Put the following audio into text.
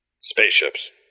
Spaceships